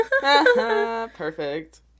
Perfect